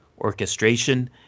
orchestration